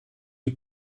you